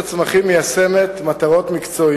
רצוני לשאול: 1. מדוע חל עיכוב בהכנת החיסון?